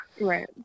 Right